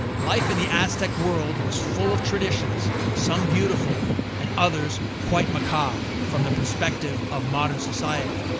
life in the aztec world was full of traditions, some beautiful and others quite macabre from the perspective of modern society.